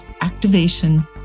activation